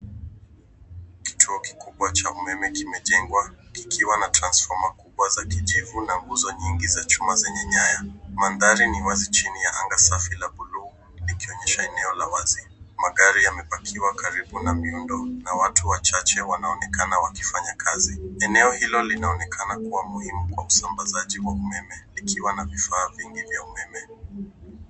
Kituo kikubwa cha umeme kimejengwa, kikiwa na transfoma kubwa za kijivu na vizuizi vingi vya chuma vyenye nyaya. Mandhari ni wazi chini ya anga safi la buluu linaloonyesha eneo la wazi. Magari yamepakiwa karibu na jengo na watu wachache wanaonekana wakifanya kazi. Eneo hilo linaonekana kuwa muhimu kwa usambazaji wa umeme likiwa na vifaa mbalimbali vya kielektroniki.